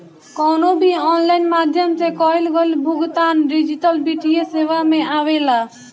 कवनो भी ऑनलाइन माध्यम से कईल गईल भुगतान डिजिटल वित्तीय सेवा में आवेला